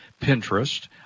Pinterest